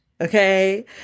Okay